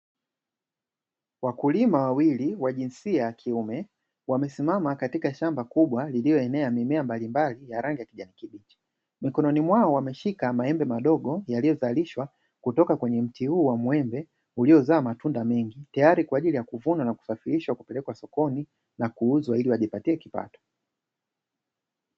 Wakulima wawili wa jinsia ya kiume, wamesimama katika shamba kubwa lililoenea mimea mbalimbali ya rangi ya kijani kibichi, mikononi mwao wameshika maembe madogo yaliyozalishwa kutoka kwenye mti huu wa mwembe, uliozaa matunda mengi tayari kwa ajili ya kuvunwa na kusafirishwa kupelekwa sokoni na kuuzwa, ili wajipatie kipato.